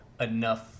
enough